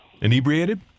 Inebriated